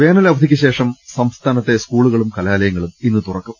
വേനലവധിക്കുശേഷം സംസ്ഥാനത്തെ സ്കൂളുകളും കലാലയങ്ങളും ഇന്നു തുറക്കും